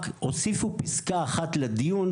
רק הוסיפו פסקה אחת לדיון,